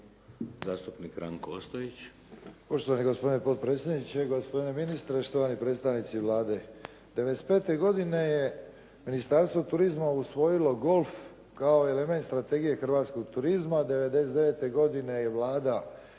zastupnik Ranko Ostojić.